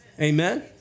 Amen